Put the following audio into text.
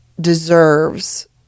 deserves